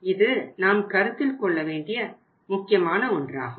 இது நாம் கருத்தில் கொள்ள வேண்டிய முக்கியமான ஒன்றாகும்